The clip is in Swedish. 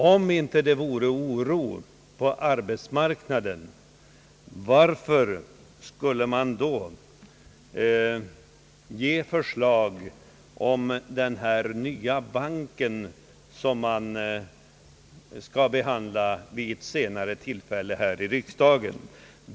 Om det inte funnes oro på arbetsmarknaden, varför skulle man 'då framlägga förslag om den nya investeringsbank, som skall behandlas vid ett senare tillfälle här i riksdagen?